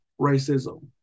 racism